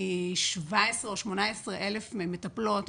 את הקורס למעלה מ-17,000 או 18,000 מטפלות.